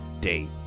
date